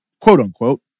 quote-unquote